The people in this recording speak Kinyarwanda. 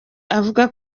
avuga